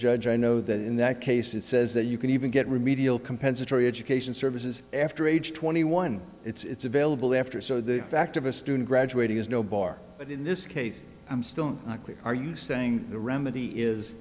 judge i know that in that case it says that you can even get remedial compensatory education services after age twenty one it's available after so the fact of a student graduating is no bar but in this case i'm still not clear are you saying the remedy is